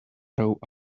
row